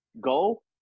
Go